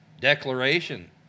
declaration